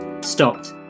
stopped